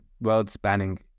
world-spanning